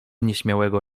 nieśmiałego